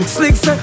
Slicks